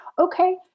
okay